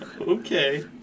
Okay